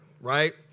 right